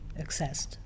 accessed